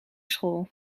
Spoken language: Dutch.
school